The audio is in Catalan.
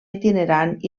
itinerant